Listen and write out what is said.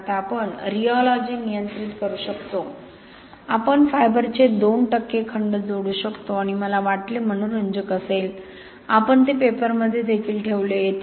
कारण आता आपण रिओलॉजी नियंत्रित करू शकतो आपण तंतूंचे 2 टक्के खंड जोडू शकतो आणि मला वाटले मनोरंजक असेल आपण ते पेपरमध्ये देखील ठेवले